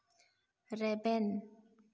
ᱨᱮᱵᱮᱱ